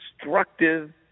destructive